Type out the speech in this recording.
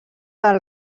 del